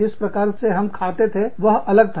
जिस तरह से हम खाते थे वह अलग था